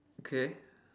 okay